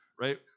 right